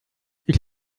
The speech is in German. ich